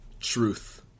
Truth